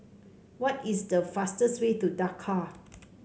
what is the fastest way to Dakar